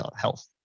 health